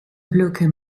blöcke